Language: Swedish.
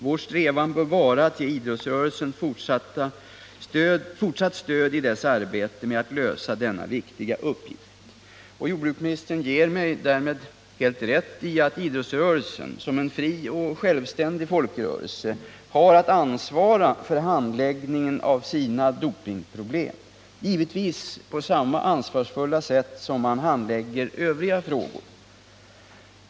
Vår strävan bör vara att ge idrottsrörelsen fortsatt stöd i dess arbete med att lösa denna viktiga uppgift.” Jordbruksministern ger mig därmed helt rätt i att idrottsrörelsen — som en fri och självständig folkrörelse — har att ansvara för handläggningen av sina dopingproblem, givetvis på samma ansvarsfulla sätt som man handlägger övriga frågor.